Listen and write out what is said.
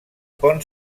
pont